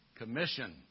Commission